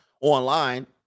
online